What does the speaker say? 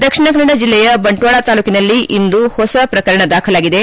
ದಕ್ಷಿಣ ಕನ್ನಡ ಜಿಲ್ಲೆಯ ಬಂಟ್ವಾಳ ತಾಲೂಕಿನಲ್ಲಿ ಇಂದು ಹೊಸ ಪ್ರಕರಣ ದಾಖಲಾಗಿದೆ